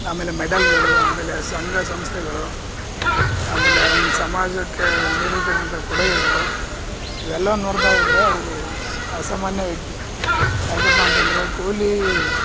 ಆಮೇಲೆ ಮೆಡಲ್ಗಳು ಆಮೇಲೆ ಸಂಘ ಸಂಸ್ಥೆಗಳು ಆಮೇಲೆ ಅವ್ನು ಸಮಾಜಕ್ಕೆ ನೀಡಿರ್ತಕ್ಕಂಥ ಕೊಡುಗೆಗಳು ಇವೆಲ್ಲನ್ನು ನೋಡ್ತಾ ಹೋದರೆ ಅವರು ಸಹ ಅಸಾಮಾನ್ಯ ವ್ಯಕ್ತಿ ಯಾಕಪ್ಪ ಅಂತಂದರೆ ಕೊಹ್ಲೀ